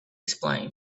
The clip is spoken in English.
explain